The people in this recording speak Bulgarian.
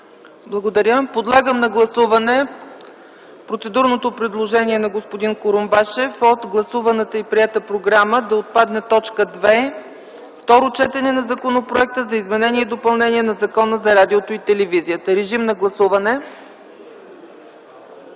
Благодаря. Подлагам на гласуване процедурното предложение на господин Курумбашев от гласуваната и приета програма да отпадне т. 2 – Второ четене на Законопроекта за изменение и допълнение на Закона за радиото и телевизията. Моля, гласувайте.